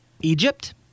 Egypt